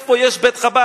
איפה יש בית-חב"ד,